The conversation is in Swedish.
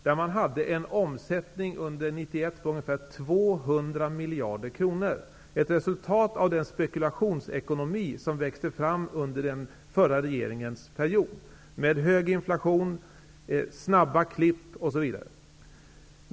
År 1991 hade man en omsättning på ungefär 200 miljarder kronor, ett resultat av den spekulationsekonomi som växte fram under den förra regeringens tid. Det förekom hög inflation, snabba klipp osv.